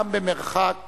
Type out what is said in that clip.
גם במרחק